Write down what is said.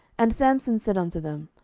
and samson said unto them,